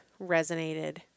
resonated